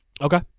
Okay